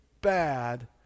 bad